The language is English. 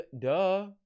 duh